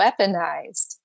weaponized